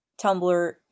Tumblr